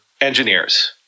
engineers